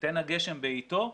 "תן הגשם בעיתו",